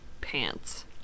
Pants